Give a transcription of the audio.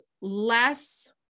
less